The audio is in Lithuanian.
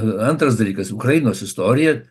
antras dalykas ukrainos istorija